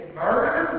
murder